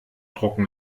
drucken